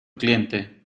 cliente